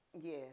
yes